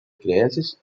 creencias